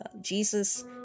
Jesus